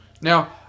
Now